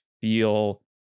feel